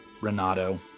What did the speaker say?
Renato